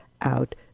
Out